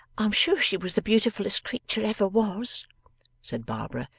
i'm sure she was the beautifullest creature ever was said barbara.